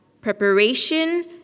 preparation